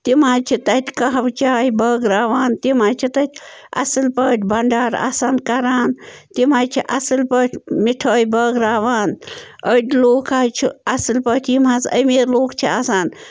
تِم حظ چھِ تَتہِ کاہوٕ چاے بٲگٕراوان تِم حظ چھِ تَتہِ اصٕل پٲٹھۍ بنٛڈار آسان کران تِم حظ چھِ اصٕل پٲٹھۍ مِٹھٲے بٲگٕراوان أڑۍ لُکھ حظ چھِ اصٕل پٲٹھۍ یِم حظ أمیٖر لُکھ چھِ آسان